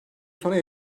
sonra